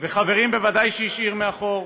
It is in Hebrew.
וחברים בוודאי הוא השאיר מאחור,